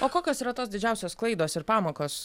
o kokios yra tos didžiausios klaidos ir pamokos